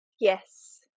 Yes